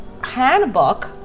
handbook